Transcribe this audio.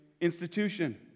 institution